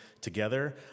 together